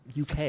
UK